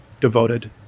devoted